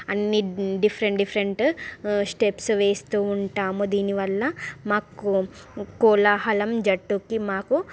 అన్నీ different different steps వేస్తూ ఉంటాము దీని వల్ల మాకు కోలాహలం జట్టుకి మాకు